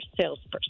salesperson